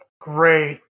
Great